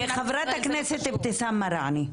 ישראל --- חברת הכנסת אבתיסאם מראענה,